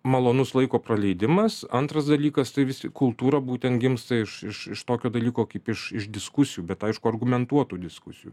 malonus laiko praleidimas antras dalykas tai visi kultūrą būtent gimsta iš iš tokio dalyko kaip iš iš diskusijų bet aišku argumentuotų diskusijų